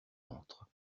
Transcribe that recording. ventre